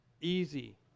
easy